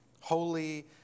holy